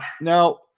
now